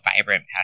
vibrant